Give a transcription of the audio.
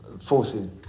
forces